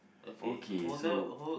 okay so